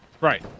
Right